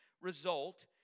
result